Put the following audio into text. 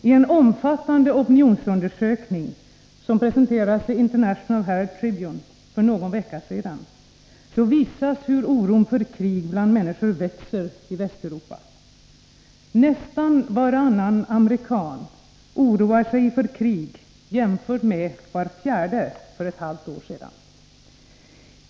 I en omfattande opinionsundersökning som presenterades i International Herald Tribune för någon vecka sedan visas hur oron för krig bland människor växer i Västeuropa. Nästan varannan amerikan oroar sig för krig, jämfört med var fjärde för ett halvt år sedan.